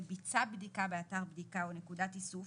ביצע בדיקה באתר בדיקה או בנקודת איסוף